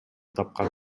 тапкан